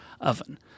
oven